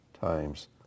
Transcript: times